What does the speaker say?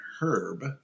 Herb